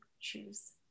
choose